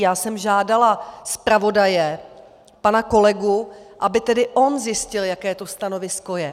Já jsem žádala zpravodaje, pana kolegu, aby on zjistil, jaké to stanovisko je.